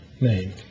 name